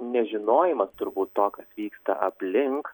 nežinojimas turbūt to kas vyksta aplink